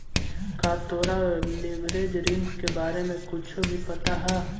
का तोरा लिवरेज ऋण के बारे में कुछो भी पता हवऽ?